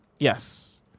Yes